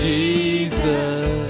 Jesus